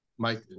Mike